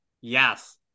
yes